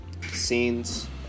scenes